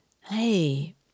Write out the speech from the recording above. Hey